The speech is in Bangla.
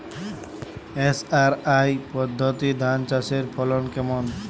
এস.আর.আই পদ্ধতি ধান চাষের ফলন কেমন?